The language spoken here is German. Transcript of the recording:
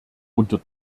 unter